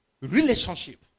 Relationship